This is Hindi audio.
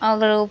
अगर ओ